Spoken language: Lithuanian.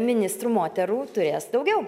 ministrų moterų turės daugiau